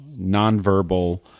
nonverbal